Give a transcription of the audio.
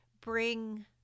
bring